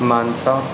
Mansa